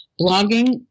blogging